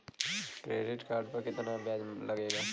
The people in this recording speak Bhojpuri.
क्रेडिट कार्ड पर कितना ब्याज लगेला?